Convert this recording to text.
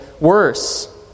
worse